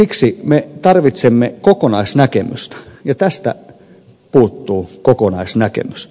siksi me tarvitsemme kokonaisnäkemystä ja tästä puuttuu kokonaisnäkemys